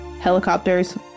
helicopters